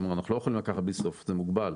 כלומר, אנחנו לא יכולים לקחת בלי סוף, זה מוגבל.